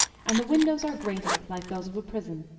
and the windows are grated like those of a prison.